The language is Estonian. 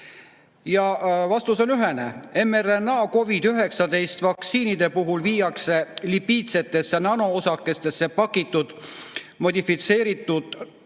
Ja vastus on ühene: mRNA COVID-19 vaktsiinide puhul viiakse lipiidsetesse nanoosakestesse pakitud modifitseeritud